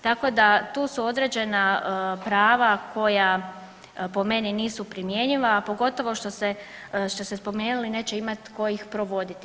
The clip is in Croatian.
Tako da tu su određena prava koja po meni nisu primjenjiva, a pogotovo što ste spomenuli neće imati tko ih provoditi.